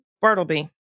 Bartleby